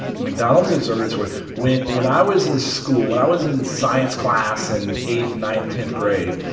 mcdonald observatory when when i was in school, when i was in science class in eighth, ninth, tenth grade,